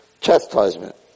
chastisement